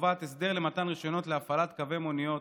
שקובעת הסדר למתן רישיונות להפעלת קווי מוניות,